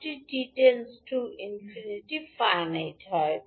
𝑓𝑖𝑛𝑖𝑡𝑒 𝑡→∞